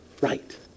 right